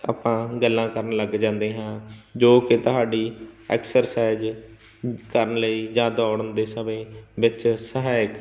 ਆਪਾਂ ਗੱਲਾਂ ਕਰਨ ਲੱਗ ਜਾਂਦੇ ਹਾਂ ਜੋ ਕਿ ਤੁਹਾਡੀ ਐਕਸਰਸਾਈਜ ਕਰਨ ਲਈ ਜਾਂ ਦੌੜਨ ਦੇ ਸਮੇਂ ਵਿੱਚ ਸਹਾਇਕ